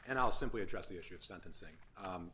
and i'll simply address the issue of sentencing